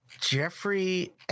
Jeffrey